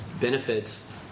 benefits